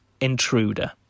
Intruder